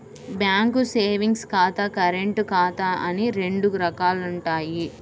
bank savings ఖాతా, current ఖాతా అని రెండు రకాలుంటయ్యి